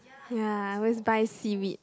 ya I always buy seaweed